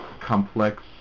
complex